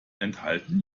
enthalten